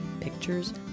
pictures